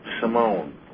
Simone